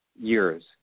years